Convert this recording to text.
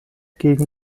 gegen